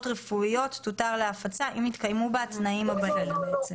רפואיות תותר להפצה אם יתקיימו בה התנאים הבאים.